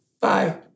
Bye